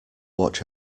watch